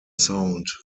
sound